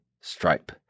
Stripe